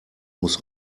muss